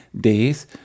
days